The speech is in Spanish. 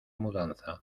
mudanza